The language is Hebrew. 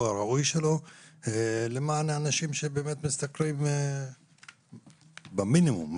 והראוי שלו למען האנשים שמשתכרים מינימום.